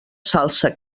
salsa